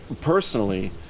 personally